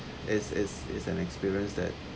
is is is an experience that